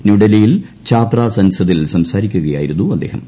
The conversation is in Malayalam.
ന്യൂഡൽഹിയിൽ ഛാത്ര സൻസദിൽ സംസാരിക്കുകയായിരുന്നു അദ്ദേഹം